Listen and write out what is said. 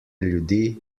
ljudi